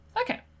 Okay